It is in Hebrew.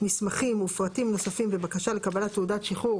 מסמכים ופרטים נוספים בבקשה לקבלת תעודת שחרור